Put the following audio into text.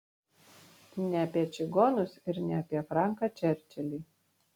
ne apie čigonus ir ne apie franką čerčilį